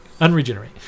Unregenerate